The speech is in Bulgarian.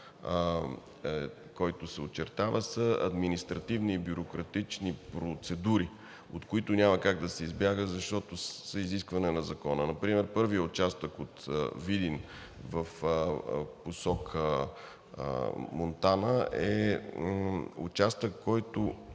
който се очертава, са административни и бюрократични процедури, от които няма как да се избяга, защото са изискване на Закона. Например първият участък от Видин в посока Монтана е участък, който